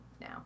now